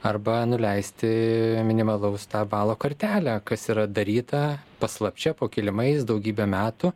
arba nuleisti minimalaus balo kartelę kas yra daryta paslapčia po kilimais daugybę metų